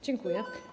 Dziękuję.